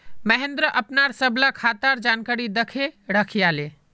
महेंद्र अपनार सबला खातार जानकारी दखे रखयाले